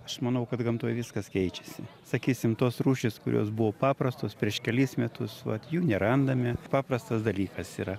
aš manau kad gamtoj viskas keičiasi sakysim tos rūšys kurios buvo paprastos prieš kelis metus vat jų nerandame paprastas dalykas yra